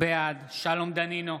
בעד שלום דנינו,